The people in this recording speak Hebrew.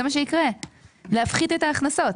זה מה שיקרה להפחית את ההכנסות,